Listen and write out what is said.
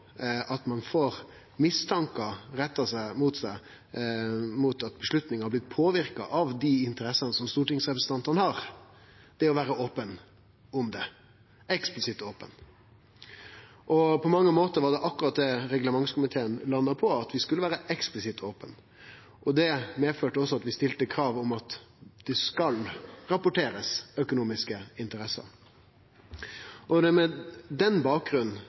at ein får mistankar retta mot seg om at avgjerder er påverka av interesser som stortingsrepresentantane har, er at ein er open om dette – eksplisitt open. Det var på mange måtar akkurat det reglementskomiteen landa på; vi skulle vere eksplisitt opne. Det medførte også at vi stilte krav om at økonomiske interesser skal rapporterast. Det er med den bakgrunnen